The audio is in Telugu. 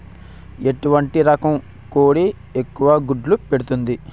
ఎటువంటి రకం కోడి ఎక్కువ గుడ్లు పెడుతోంది?